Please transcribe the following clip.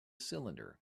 cylinder